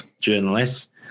journalists